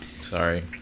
Sorry